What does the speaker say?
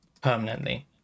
permanently